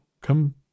come